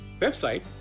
website